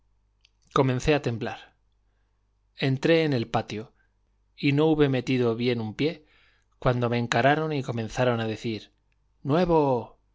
comencé a temblar entré en el patio y no hube metido bien un pie cuando me encararon y comenzaron a decir nuevo